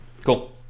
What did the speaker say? Cool